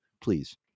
please